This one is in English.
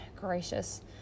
gracious